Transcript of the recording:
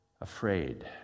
afraid